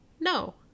no